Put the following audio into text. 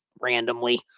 randomly